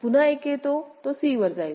पुन्हा 1 येतो तो c वर जाईल